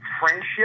friendship